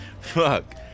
Fuck